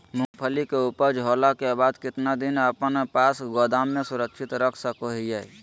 मूंगफली के ऊपज होला के बाद कितना दिन अपना पास गोदाम में सुरक्षित रख सको हीयय?